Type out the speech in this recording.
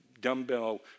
dumbbell